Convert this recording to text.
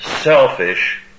selfish